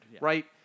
right